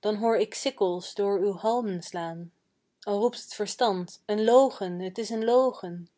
dan hoor ik sikkels door uw halmen slaan al roept t verstand een logen t is een logen